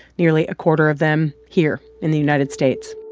nearly a quarter of them here. in the united states